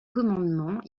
commandement